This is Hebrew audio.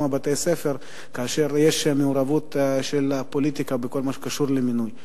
בתי-ספר כאשר יש מעורבות של הפוליטיקה בכל מה שקשור למינוי.